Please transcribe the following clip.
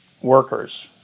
workers